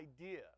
idea